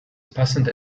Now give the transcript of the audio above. passende